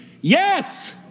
Yes